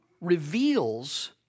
reveals